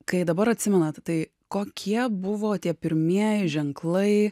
kai dabar atsimenat tai kokie buvo tie pirmieji ženklai